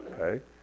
okay